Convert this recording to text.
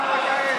על מה אתה מדבר?